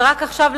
ורק עכשיו,